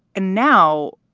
and now,